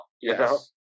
Yes